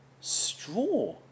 straw